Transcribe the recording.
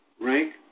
rank